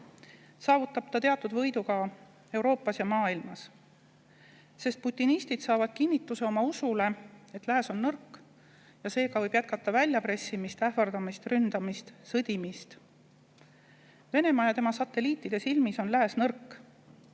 saavutab ta teatud võidu ka Euroopas ja maailmas, sest putinistid saavad kinnituse oma usule, et lääs on nõrk, ja seega võib jätkata väljapressimist, ähvardamist, ründamist, sõdimist. Venemaa ja tema satelliitide silmis on lääs nõrk.